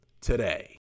today